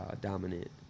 Dominant